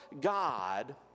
God